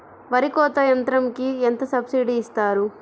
వరి కోత యంత్రంకి ఎంత సబ్సిడీ ఇస్తారు?